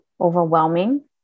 overwhelming